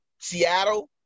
Seattle